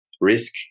risk